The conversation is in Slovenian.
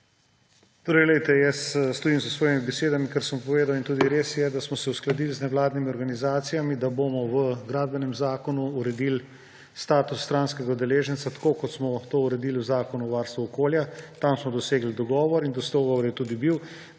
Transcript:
VIZJAK:** Jaz stojim za svojimi besedami, kar sem povedal. In tudi res je, da smo se uskladili z nevladnimi organizacijami, da bomo v Gradbenem zakonu uredili status stranskega udeleženca, tako kot smo to uredili v Zakonu o varstvu okolja. Tam smo dosegli dogovor in dogovor je tudi bil,